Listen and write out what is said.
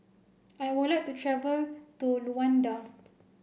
I would like to travel to Luanda